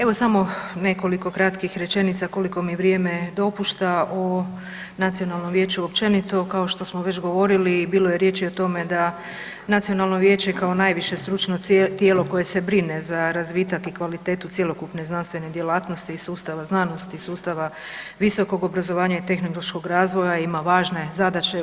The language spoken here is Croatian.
Evo samo nekoliko kratkih rečenica koliko mi vrijeme dopušta o Nacionalnom vijeću općenito kao što smo već govorili bilo je riječi i o tome da Nacionalno vijeće kao najviše stručno tijelo koje se brine za razvitak i kvalitetu cjelokupne znanstvene djelatnosti i sustava znanosti i sustava visokog obrazovanja i tehnološkog razvoja ima važne zadaće.